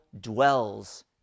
dwells